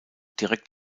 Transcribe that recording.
direkt